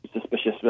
suspicious